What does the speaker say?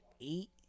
Eight